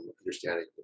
understanding